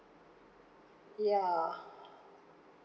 ya